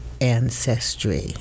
ancestry